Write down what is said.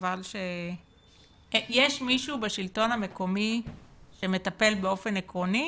יש מישהו בשלטון המקומי שמטפל באופן עקרוני